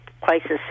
crisis